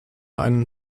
einen